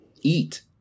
eat